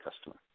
customer